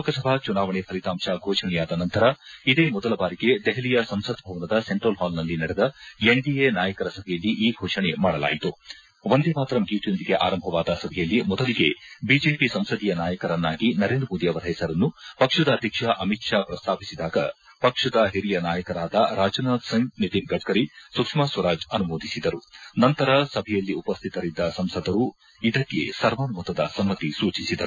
ಲೋಕಸಭಾ ಚುನಾವಣೆ ಫಲಿತಾಂತ ಘೋಷಣೆಯಾದ ನಂತರ ಇದೇ ಮೊದಲ ಬಾರಿಗೆ ದೆಹಲಿಯ ಸಂಸತ್ ಭವನದ ಸೆಂಟ್ರಲ್ ಹಾಲ್ನಲ್ಲಿ ನಡೆದ ಎನ್ಡಿಎ ನಾಯಕರ ಸಭೆಯಲ್ಲಿ ಈ ಘೋಷಣೆ ಮಾಡಲಾಯಿತು ವಂದೇ ಮಾತರಂ ಗೀತೆಯೊಂದಿಗೆ ಆರಂಭವಾದ ಸಭೆಯಲ್ಲಿ ಮೊದಲಿಗೆ ಬಿಜೆಪಿ ಸಂಸಧೀಯ ನಾಯಕರನ್ನಾಗಿ ನರೇಂದ್ರ ಮೋದಿ ಅವರ ಹೆಸರನ್ನು ಪಕ್ಷದ ಅಧ್ಯಕ್ಷ ಅಮಿತ್ ಚಾ ಪ್ರಸ್ತಾಪಿಸಿದಾಗ ಪಕ್ಷದ ಓರಿಯ ನಾಯಕರಾದ ರಾಜನಾಥ್ ಸಿಂಗ್ ನಿತಿನ್ ಗಡ್ಕರಿ ಸುಷ್ನಾಸ್ವರಾಜ್ ಅನುಮೋದಿಸಿದರು ನಂತರ ಸಭೆಯಲ್ಲಿ ಉಪಶ್ಥಿತರಿದ್ದ ಸಂಸದರು ಇದಕ್ಕೆ ಸವಾನುಮತದ ಸಮ್ಮತಿ ಸೂಚಿಸಿದರು